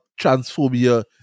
transphobia